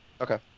Okay